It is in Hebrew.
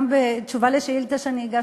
גם בתשובה על שאילתה שאני הגשתי,